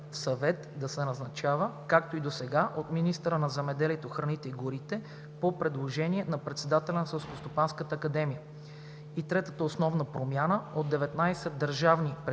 съвет да се назначава както и досега от министъра на земеделието, храните и горите по предложение на председателя на Селскостопанската академия. Третата основна промяна - от 19 държавни предприятия,